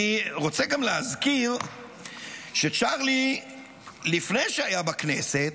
אני רוצה גם להזכיר שלפני שצ'רלי היה בכנסת,